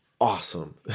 awesome